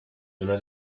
una